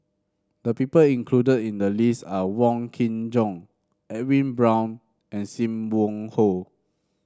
the people included in the list are Wong Kin Jong Edwin Brown and Sim Wong Hoo